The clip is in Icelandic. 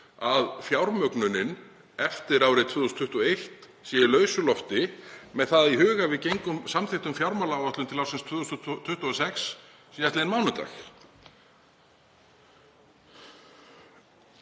að fjármögnunin eftir árið 2021 sé í lausu lofti með það í huga að við samþykktum fjármálaáætlun til ársins 2026 síðastliðinn mánudag.